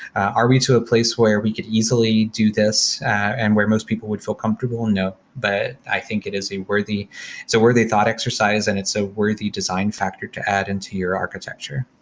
are we to a place where we could easily do this and where most people would feel comfortable? no. but i think it is a worthy so worthy thought exercise and it's a so worthy design factor to add into your architecture.